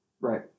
Right